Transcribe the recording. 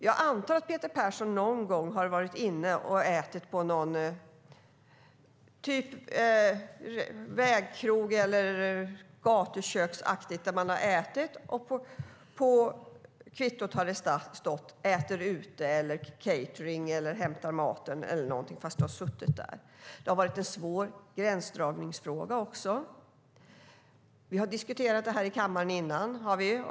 Jag antar att Peter Persson någon gång har ätit på en vägkrog eller något gatuköksaktigt där det står "Äter ute", "Catering" eller "Hämtar maten" på kvittot fast man har suttit där. Det har varit en svår gränsdragningsfråga också. Vi har diskuterat det här i kammaren tidigare.